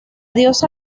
diosa